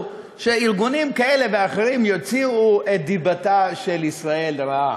שארגונים כאלה ואחרים יוציאו את דיבתה של ישראל רעה,